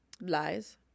lies